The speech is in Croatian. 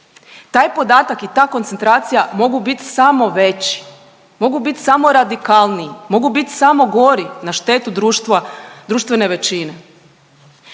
Taj podatak i ta koncentracija mogu biti samo veći, mogu biti samo radikalniji, mogu biti samo gori na štetu društva, društvene većine.